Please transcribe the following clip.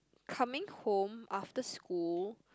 coming home after school